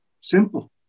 simple